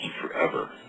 forever